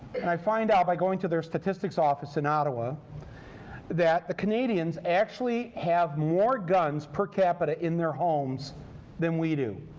and i find out by going to their statistics office in ottawa that the canadians actually have more guns per capita in their homes than we do.